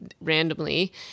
randomly